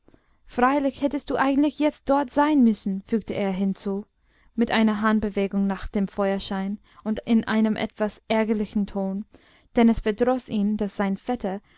freilich hättest du eigentlich jetzt dort sein müssen fügte er hinzu mit einer handbewegung nach dem feuerschein und in einem etwas ärgerlichen ton denn es verdroß ihn daß sein vetter